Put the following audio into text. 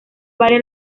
varias